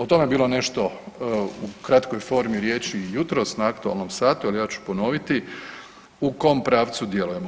O tome je bilo nešto u kratkoj formi riječi i jutros na aktualnom satu, ali ja ću ponoviti u kom pravcu djelujemo.